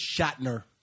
Shatner